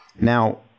Now